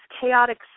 chaotic